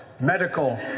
medical